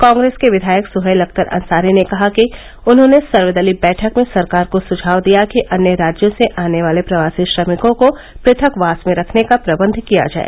कांग्रेस के विधायक सुहेल अख्तर अंसारी ने कहा कि उन्होंने सर्वदलीय बैठक में सरकार को सुझाव दिया कि अन्य राज्यों से आने वाले प्रवासी श्रमिकों को पृथकवास में रखने का प्रबंध किया जाए